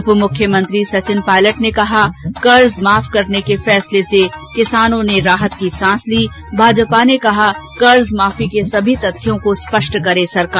उपमुख्यमंत्री सचिन पायलट ने कहा कि कर्ज माफ करने के फैसले से किसानों ने राहत की सांस ली भाजपा ने कहा कर्ज माफी के सभी तथ्यों को स्पष्ट करे सरकार